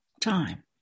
time